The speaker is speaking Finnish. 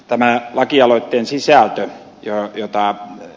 tämä lakialoitteen sisältö jota ed